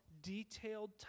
detailed